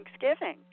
Thanksgiving